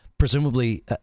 Presumably